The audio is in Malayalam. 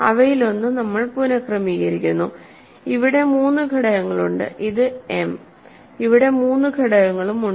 അവയിലൊന്നു നമ്മൾ പുനക്രമീകരിക്കുന്നു ഇവിടെ മൂന്ന് ഘടകങ്ങളുണ്ട്ഇത് m ഇവിടെ മൂന്ന് ഘടകങ്ങളും ഉണ്ട്